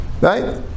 Right